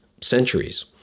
centuries